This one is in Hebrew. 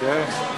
כן.